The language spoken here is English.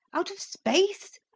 out of space.